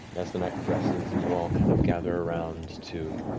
and as the night progresses and you all kind of gather around to